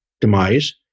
demise